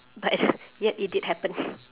but yet it did happen